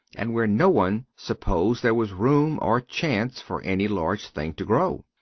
and where no one supposed there was room or chance for any large thing to grow.